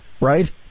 right